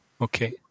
okay